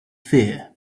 fear